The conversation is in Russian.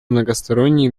многосторонней